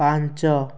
ପାଞ୍ଚ